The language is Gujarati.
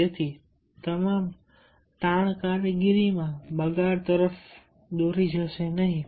તેથી તમામ તાણ કામગીરીમાં બગાડ તરફ દોરી જશે નહીં